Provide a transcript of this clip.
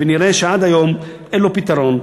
ונראה שעד היום אין לו פתרון.